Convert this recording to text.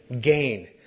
Gain